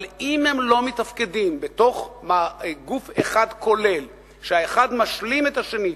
אבל אם הם לא מתפקדים בתוך גוף אחד כולל שהאחד משלים בו את השני,